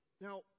Now